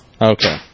Okay